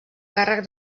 càrrec